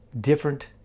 different